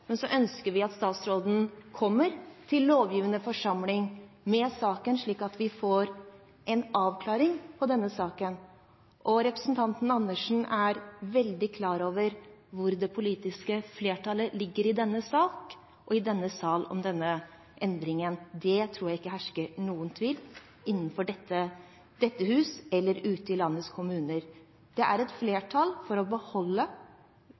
Men så ønsker vi at statsråden kommer til lovgivende forsamling med saken, slik at vi får en avklaring. Representanten Andersen er veldig klar over hvor det politiske flertallet står i denne saken og i denne salen om denne endringen. Der tror jeg ikke det hersker noen tvil innenfor dette hus eller ute i landets kommuner. Det er et flertall for å beholde